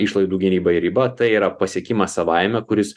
išlaidų gynybai ribą tai yra pasiekimas savaime kuris